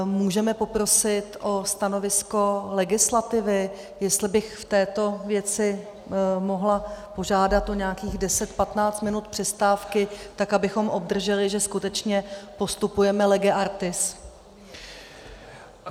Můžeme poprosit o stanovisko legislativy, jestli bych v této věci mohla požádat o nějakých deset, patnáct minut přestávky, tak abychom obdrželi, že skutečně postupujeme lege artis.